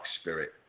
Spirit